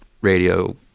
radio